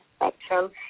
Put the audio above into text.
spectrum